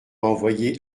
envoyer